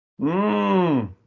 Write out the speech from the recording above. Mmm